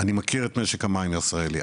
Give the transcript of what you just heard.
אני מכיר את משק המים הישראלי,